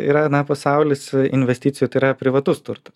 yra na pasaulis investicijų tai yra privatus turtas